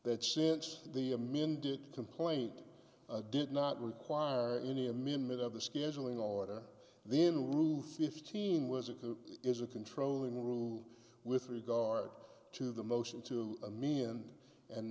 that sense the amended complaint did not require any amendment of the scheduling order then ruth fifteen was it is a controlling rule with regard to the motion to me and and